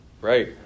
right